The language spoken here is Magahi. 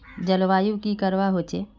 जलवायु की करवा होचे?